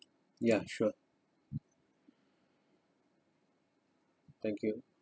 ya sure thank you